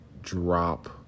drop